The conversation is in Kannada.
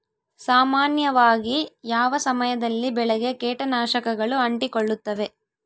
ಸಾಮಾನ್ಯವಾಗಿ ಯಾವ ಸಮಯದಲ್ಲಿ ಬೆಳೆಗೆ ಕೇಟನಾಶಕಗಳು ಅಂಟಿಕೊಳ್ಳುತ್ತವೆ?